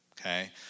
okay